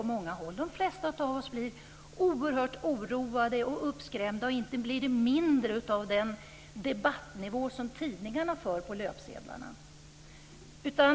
Jag tycker också att man har valt en bra metod för att göra det när det gäller de som arbetar inom skolan.